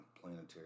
planetary